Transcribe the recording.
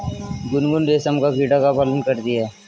गुनगुन रेशम का कीड़ा का पालन करती है